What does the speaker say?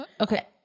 Okay